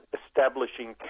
establishing